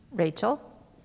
Rachel